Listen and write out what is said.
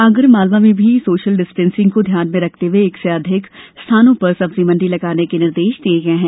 आगर मालवा जिले में भी सोशल डिस्टेंसिंग को ध्यान में रखते हुए एक से अधिक स्थानों पर सब्जी मंडी लगाने के निर्देश दिये गये हैं